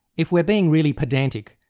if we are being really pedantic,